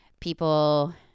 people